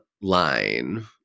line